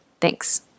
Thanks